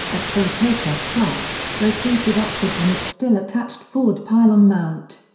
at full takeoff thrust, rotated upward on its still-attached forward pylon mount.